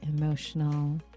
emotional